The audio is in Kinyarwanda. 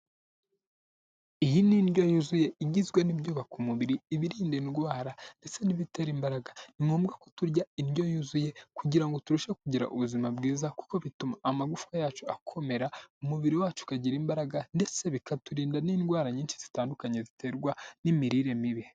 Iyi ni indyo yuzuye igizwe n'ibyubaka umubiri, ibirinda indwara ndetse n'ibitera imbaraga. Ni ngombwa ko turya indyo yuzuye kugira ngo turusheho kugira ubuzima bwiza, kuko bituma amagufwa yacu akomera, umubiri wacu ukagira imbaraga, ndetse bikaturinda n'indwara nyinshi zitandukanye ziterwa n'imirire mibi.